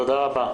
תודה רבה.